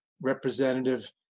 representative